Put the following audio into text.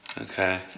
Okay